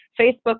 Facebook